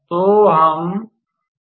तो हम इसे A B C कह सकते हैं